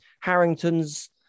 Harrington's